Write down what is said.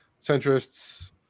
centrists